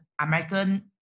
American